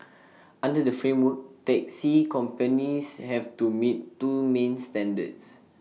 under the framework taxi companies have to meet two main standards